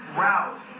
route